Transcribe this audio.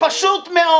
פשוט מאוד.